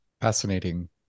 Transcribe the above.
Fascinating